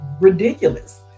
ridiculous